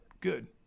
good